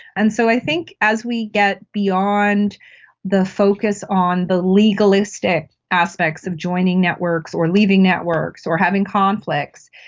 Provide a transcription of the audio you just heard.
and so i think as we get beyond the focus on the legalistic aspects of joining networks or leaving networks or having conflicts,